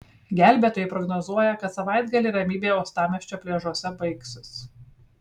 gelbėtojai prognozuoja kad savaitgalį ramybė uostamiesčio pliažuose baigsis